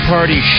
Party